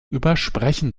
übersprechen